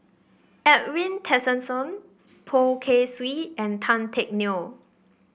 Edwin Tessensohn Poh Kay Swee and Tan Teck Neo